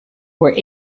were